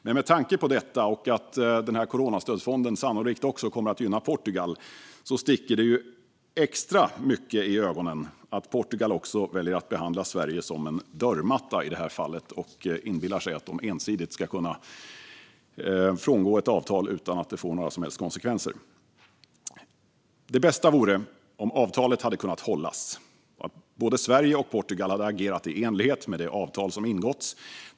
Med tanke på detta och att coronastödfonden sannolikt också kommer att gynna Portugal sticker det extra mycket i ögonen att Portugal väljer att behandla Sverige som en dörrmatta i det här fallet och inbillar sig att de ensidigt ska kunna frångå ett avtal utan att det får några helst konsekvenser. Det bästa vore om avtalet hade kunnat hållas och att både Sverige och Portugal hade agerat i enlighet med det avtal som ingåtts.